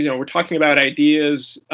you know we're talking about ideas.